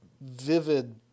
vivid